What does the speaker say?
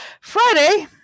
Friday